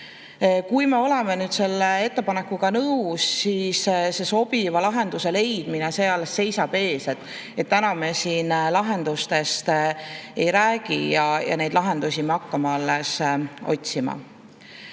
Kui me oleme selle ettepanekuga nõus, siis sobiva lahenduse leidmine seisab alles ees. Täna me siin lahendustest ei räägi, lahendusi me hakkame alles otsima.